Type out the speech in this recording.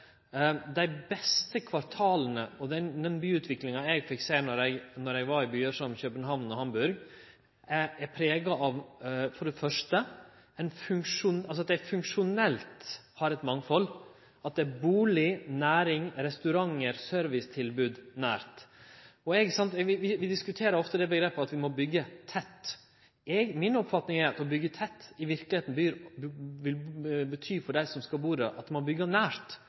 Dei beste kvartala – og det gjeld byutviklinga eg fekk sjå i byar som København og Hamburg – er for det første prega av at dei funksjonelt har eit mangfald, at det er bustad, næring, restaurantar og servicetilbod nært. Vi diskuterer ofte begrepet «tett», om vi bør byggje tett. Mi oppfatning er at å byggje tett, i verkelegheita betyr for dei som skal bu der, å byggje nært, at ein